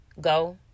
go